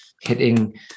hitting